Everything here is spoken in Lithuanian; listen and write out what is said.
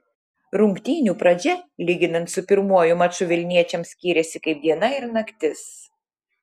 rungtynių pradžia lyginant su pirmuoju maču vilniečiams skyrėsi kaip diena ir naktis